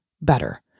better